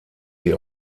sie